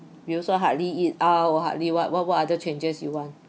we also hardly eat out hardly what what what other changes you want